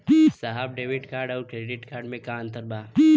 साहब debit card और credit card में का अंतर बा?